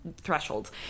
thresholds